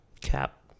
Cap